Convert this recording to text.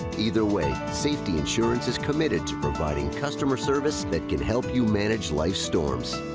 either way, safety insurance is committed to providing customer service that can help you manage life's storms.